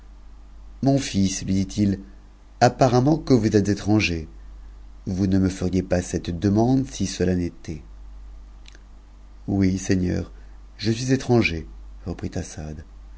mon fils lui dit-il apparemment que vous êtes étranger vous ne me feriez pas cette demande si cela n'était oui seigneur je suis étranger reprit assad